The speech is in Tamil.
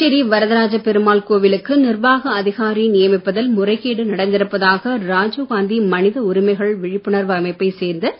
புதுச்சேரி வரதராஜ பெருமாள் கோவிலுக்கு நிர்வாக அதிகாரி நியமிப்பதில் முறைகேடு நடந்திருப்பதாக ராஜீவ்காந்தி மனித உரிமைகள் விழிப்புணர்வு அமைப்பைச் சேர்ந்த